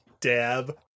Dab